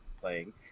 playing